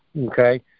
okay